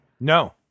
no